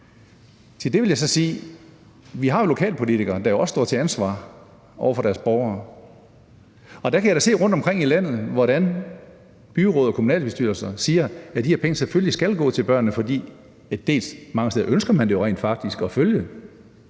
Til det vil jeg så sige, at vi har lokalpolitikerne, som også står til ansvar over for deres borgere. Og der kan jeg da se rundtomkring i landet, at byråd og kommunalbestyrelser siger, at de penge selvfølgelig skal gå til børnene, fordi man mange steder rent faktisk ønsker at følge